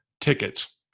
tickets